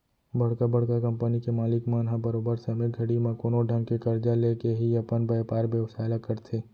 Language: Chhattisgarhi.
बड़का बड़का कंपनी के मालिक मन ह बरोबर समे घड़ी म कोनो ढंग के करजा लेके ही अपन बयपार बेवसाय ल करथे